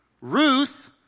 Ruth